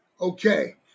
Okay